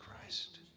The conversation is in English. Christ